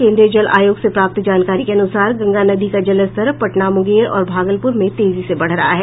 केन्द्रीय जल आयोग से प्राप्त जानकारी के अनुसार गंगा नदी का जलस्तर पटना मुंगेर और भागलपुर में तेजी से बढ़ रहा है